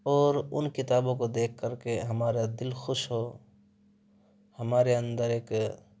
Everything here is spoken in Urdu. اور ان کتابوں کو دیکھ کر کے ہمارا دل خوش ہو ہمارے اندر ایک